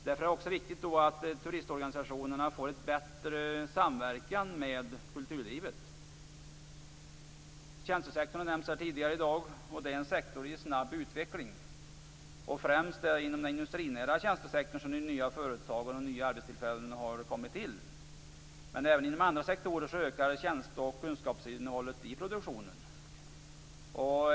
Därför är det också viktigt att turistorganisationerna får en bättre samverkan med kulturlivet. Tjänstesektorn har nämnts här tidigare i dag. Det är en sektor i snabb utveckling. Främst är det inom den industrinära tjänstesektorn som nya företag och nya arbetstillfällen har kommit till, men även inom andra sektorer ökar tjänste och kunskapsinnehållet i produktionen.